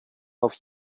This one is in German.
auf